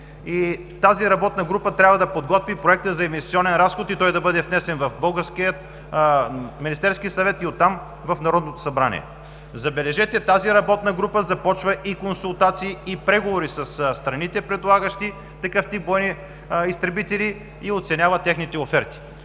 Тази работна група трябва да подготви Проекта за инвестиционен разход и той да бъде внесен в Министерския съвет, а оттам – в Народното събрание. Забележете, работната група започва и консултации, и преговори със страните, предлагащи такъв тип бойни изтребители, и оценява техните оферти.